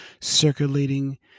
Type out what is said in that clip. circulating